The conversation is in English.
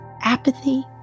apathy